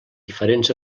diferents